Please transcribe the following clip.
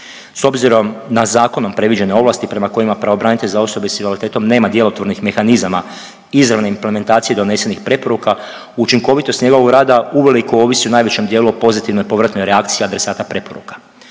S obzirom na zakonom predviđene ovlasti prema kojima pravobranitelji za osobe s invaliditetom nema djelotvornih mehanizama, izravne implementacije donesenih preporuka učinkovitost njegovog rada uvelike ovisi o najvećem dijelu pozitivne povratne reakcije adresata preporuka.